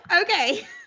Okay